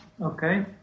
Okay